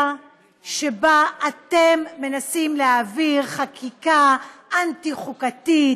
שבה אתם מנסים להעביר חקיקה אנטי-חוקתית,